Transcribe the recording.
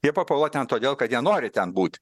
jie papuola ten todėl kad jie nori ten būti